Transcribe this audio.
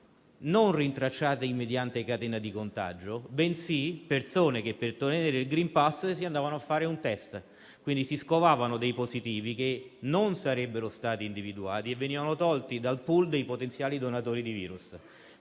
non rintracciati mediante catena di contagio; persone che, per ottenere il *green pass*, si andavano a fare un test. Quindi, si sono scovati positivi che non sarebbero stati individuati e sono stati tolti dal *pool* dei potenziali donatori di virus.